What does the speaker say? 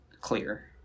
clear